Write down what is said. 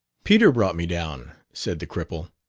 peter brought me down, said the cripple.